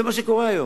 זה מה שקורה היום.